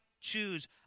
choose